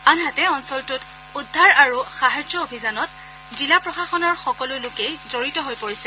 আনহাতে অঞ্চলটোত উদ্ধাৰ আৰু সাহায্য অভিযানত জিলা প্ৰশাসনৰ সকলো লোকেই জড়িত হৈ পৰিছে